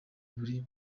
uri